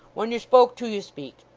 when you're spoke to, you speak.